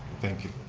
thank you.